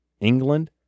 England